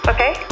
Okay